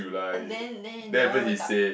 then then the they all wake up